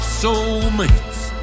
soulmates